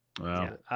Wow